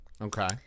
Okay